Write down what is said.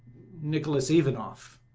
nicholas ivanoff.